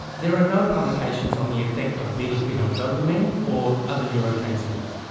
there are no publications on the effect of betel quid on dopamine or other neurotransmitters,